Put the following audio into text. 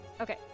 okay